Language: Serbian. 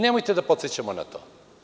Nemojte da podsećamo na to.